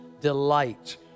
delight